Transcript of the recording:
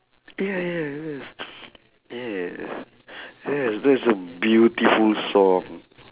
ya ya yes yeah yes that's a beautiful song